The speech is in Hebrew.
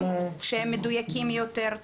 שהם מדויקים יותר,